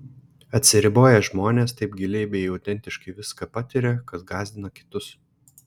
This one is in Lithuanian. atsiriboję žmonės taip giliai bei autentiškai viską patiria kad gąsdina kitus